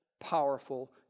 powerful